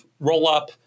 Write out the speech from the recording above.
Rollup